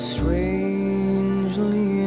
Strangely